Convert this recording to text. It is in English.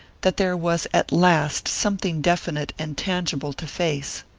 that there was at last something definite and tangible to face.